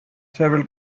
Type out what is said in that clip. several